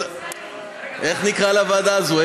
איך תקרא לוועדה הזו,